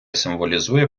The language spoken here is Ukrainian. символізує